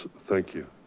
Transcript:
thank you.